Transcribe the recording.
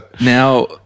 Now